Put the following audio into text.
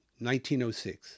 1906